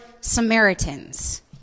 Samaritans